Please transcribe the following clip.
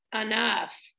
enough